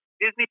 Disney